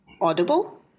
audible